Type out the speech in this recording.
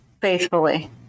faithfully